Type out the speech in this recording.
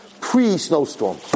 pre-snowstorm